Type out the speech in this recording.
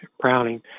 Browning